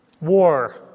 war